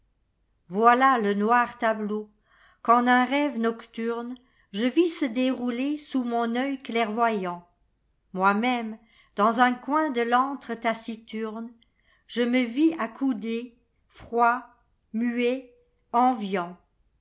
voilà le noir tableau qu'en un rêve nocturnele vîs se dérouler sous mon œil clairvoyant aici mémc dans un coin de l'antre taciturne je me vis accoudé froid muet enviant